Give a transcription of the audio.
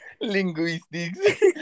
Linguistics